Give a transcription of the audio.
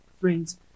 friends